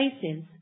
places